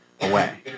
away